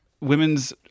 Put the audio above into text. women's